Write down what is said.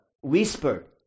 whispered